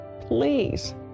Please